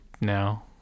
now